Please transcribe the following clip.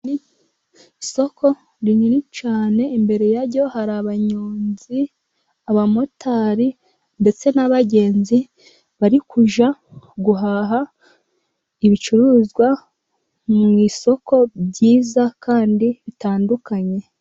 Isoko rinini cyane, imbere yaryo hari abanyonzi, abamotari, ndetse n'abagenzi, barijya guhaha ibicuruzwa mu isoko byiza, kandi bitandukanye.